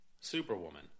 Superwoman